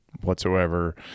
whatsoever